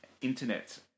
internet